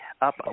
up